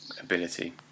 ability